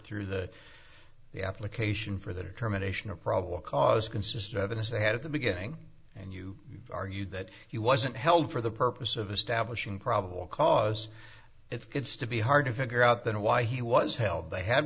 through the application for the determination of probable cause consistent evidence they had at the beginning and you argue that he wasn't held for the purpose of establishing probable cause it's to be hard to figure out then why he was held they had